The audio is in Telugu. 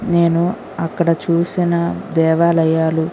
నేను అక్కడ చూసిన దేవాలయాలు